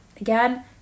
again